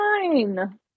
fine